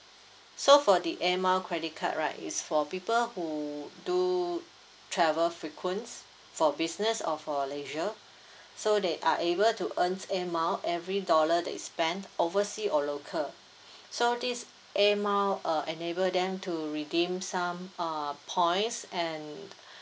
so for the air mile credit card right it's for people who do travel frequents for business or for leisure so they are able to earn air mile every dollar they spent oversea or local so this air mile uh enable them to redeem some uh points and